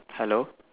hello